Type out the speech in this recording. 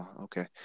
Okay